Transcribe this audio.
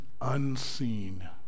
unseen